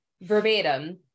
verbatim